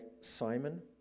Simon